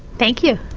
thank you,